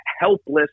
helpless